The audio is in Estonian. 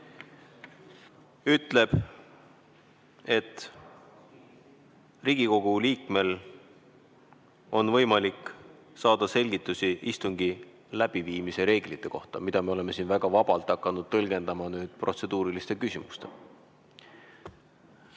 ütleb, et Riigikogu liikmel on võimalik saada selgitusi istungi läbiviimise reeglite kohta. Seda me oleme siin aga hakanud väga vabalt tõlgendama protseduuriliste küsimustena.